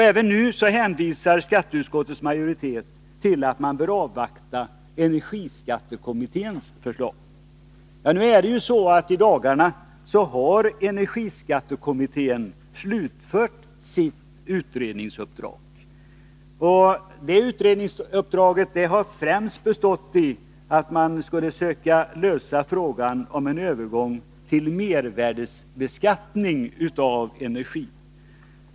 Även nu hänvisar skatteutskottets majoritet till att man bör avvakta energiskattekommitténs förslag. Nu är det så att energiskattekommittén i dagarna har slutfört sitt utredningsuppdrag. Det utredningsuppdraget har främst bestått i att man skulle söka lösa frågan om en övergång till mervärdesbeskattning av energi.